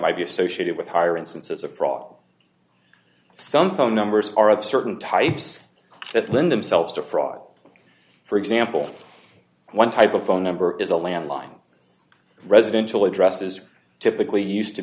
might be associated with higher instances of fraud some phone numbers are of certain types that lend themselves to fraud for example one type of phone number is a landline residential addresses are typically used to